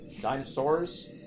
dinosaurs